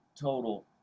total